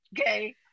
Okay